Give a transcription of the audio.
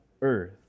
earth